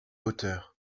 hauteurs